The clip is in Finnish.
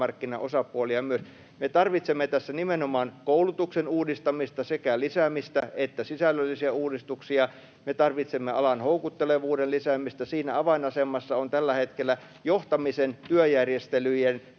työmarkkinaosapuolia myös. Me tarvitsemme tässä nimenomaan koulutuksen uudistamista: sekä lisäämistä että sisällöllisiä uudistuksia. Me tarvitsemme alan houkuttelevuuden lisäämistä. Siinä avainasemassa on tällä hetkellä johtamisen, työjärjestelyjen